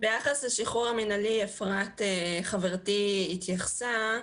ביחס לשחרור המינהלי, חברתי אפרת התייחסה.